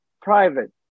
private